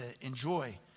enjoy